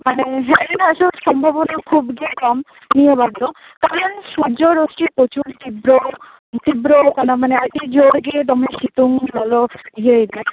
ᱢᱟᱱᱮ ᱦᱮᱡ ᱨᱮᱱᱟᱜ ᱥᱩᱨ ᱥᱚᱢᱵᱷᱚᱵᱚᱱᱟ ᱠᱷᱩᱵ ᱜᱮ ᱠᱚᱢ ᱱᱤᱭᱟ ᱵᱟᱨ ᱫᱚ ᱠᱟᱨᱚᱱ ᱥᱩᱨᱡᱚ ᱨᱚᱥᱥᱤ ᱯᱨᱚᱪᱩᱨ ᱛᱤᱵᱨᱚ ᱛᱤᱵᱨᱚ ᱣᱟᱠᱟᱱᱟ ᱢᱟᱱᱮ ᱟ ᱰᱤ ᱡᱚᱨᱜᱮ ᱫᱚᱢᱮ ᱥᱤᱛᱩᱝ ᱞᱚᱞᱚ ᱤᱭᱟ ᱭᱮᱫᱟᱭ